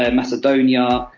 and macedonia,